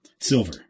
Silver